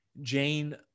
Jane